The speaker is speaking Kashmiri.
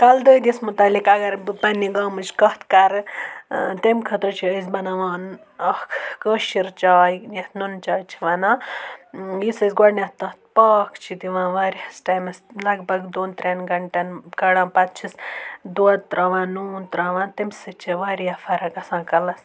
کَلہٕ دٲدَس مُتَعلِق اَگر بہٕ پنٛنہِ گامٕچۍ کَتھ کَرٕ تَمہِ خٲطرٕ چھِ أسۍ بَناوان اَکھ کٲشِر چاے یَتھ نُن چاے چھِ وَنان یُس أسۍ گۄڈنؠتھ تَتھ پاکھ چھِ دِوان واریاہَس ٹایمَس لَگ بَگ دۄن ترٛؠن گَنٹَن کَڑان پَتہٕ چھِس دۄد تراوان نوٗن ترٛاوان تمہِ سۭتۍ چھِ واریاہ فَرَق گَژھان کَلَس